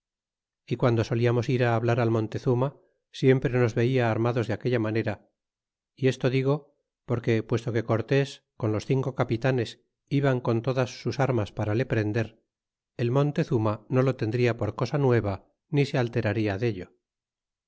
y guando soliamos ir hablar al montezuma siempre nos veía armados de aquella manera y esto digo porque puesto que cortés con los cinco capitanes iban con todas sus armas para le prender el montezurna no lo tendria por cosa nueva ni se alteraria dello